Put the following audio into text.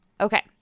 Okay